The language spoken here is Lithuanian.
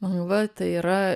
nu va tai yra